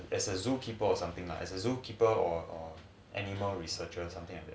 as a zookeeper or something lah as a zookeeper or um animal researchers something